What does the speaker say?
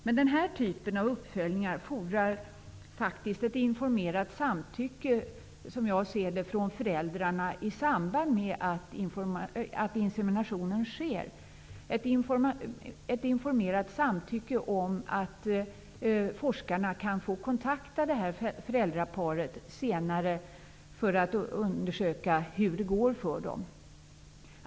Som jag ser det fordrar faktiskt den här typen av uppföljningar ett informerat samtycke från föräldrarna i samband med inseminationen om att forskarna senare kan få kontakta föräldraparet för att undersöka hur det går för dem.